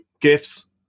gifts